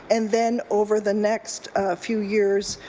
and then over the next few years,